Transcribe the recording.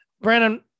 Brandon